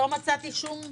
לא מצאתי שום הגדרה,